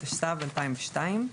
התשס"ב-2022.